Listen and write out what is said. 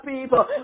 people